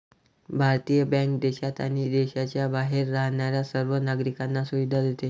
भारतीय बँक देशात आणि देशाच्या बाहेर राहणाऱ्या सर्व नागरिकांना सुविधा देते